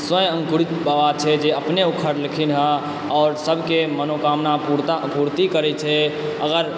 स्वयं अङ्कुरित बाबा छै जे अपने उखड़लखिन हँ आओर सभके मनोकामना पूर्ति करैत छै अगर